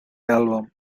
album